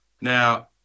Now